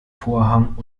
vorhang